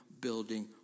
building